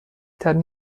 ترین